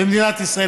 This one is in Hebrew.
במדינת ישראל,